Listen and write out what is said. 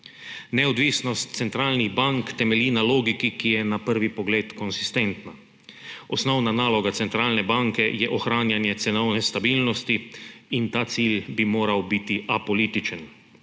Neodvisnost centralnih bank temelji na logiki, ki je na prvi pogled konsistentna. Osnovna naloga centralne banke je ohranjanje cenovne stabilnosti in ta cilj bi moral biti apolitičen.